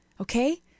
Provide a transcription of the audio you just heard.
Okay